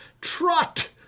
trot